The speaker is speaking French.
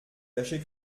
tâchez